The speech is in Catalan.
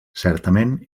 certament